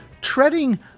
treading